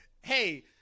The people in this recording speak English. Hey